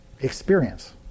experience